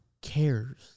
cares